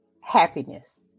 happiness